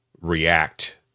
react